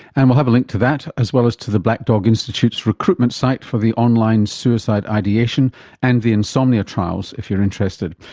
and we'll have a link to that, as well as to the black dog institute's recruitment site for the online suicide ideation and the insomnia trials if you're interested.